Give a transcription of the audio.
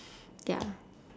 ya